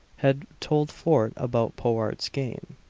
had told fort about powart's game.